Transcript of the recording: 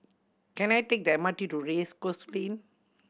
can I take the M R T to Race Course Lane